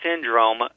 syndrome